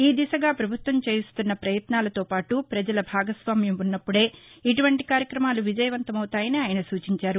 ఈ దిశగా ప్రభుత్వం చేస్తున్న ప్రయత్నాలతో పాటు ప్రజల భాగస్వామ్యం ఉన్నప్పుడే ఇటువంటి కార్యక్రమాలు విజయవంతమవుతాయని ఆయన సూచించారు